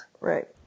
Right